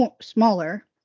smaller